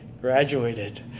graduated